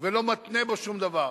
ולא מתנה בו שום דבר,